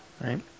right